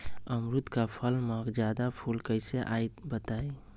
अमरुद क फल म जादा फूल कईसे आई बताई?